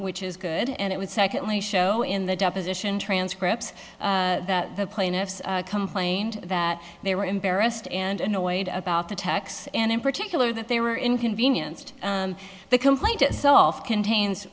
which is good and it was secondly show in the deposition transcripts that the plaintiffs complained that they were embarrassed and annoyed about the tax and in particular that they were inconvenienced the complaint itself contains